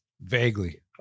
Vaguely